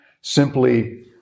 Simply